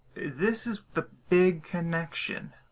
this is the big connection.